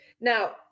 now